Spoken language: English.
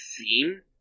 theme